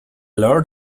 lord